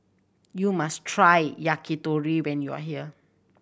you must try Yakitori when you are here